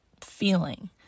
feeling